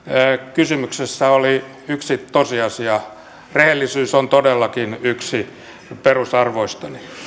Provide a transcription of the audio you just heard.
kysymyksessä oli yksi tosiasia rehellisyys on todellakin yksi perusarvoistani